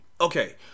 Okay